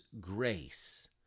grace